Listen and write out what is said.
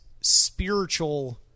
spiritual